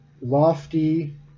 lofty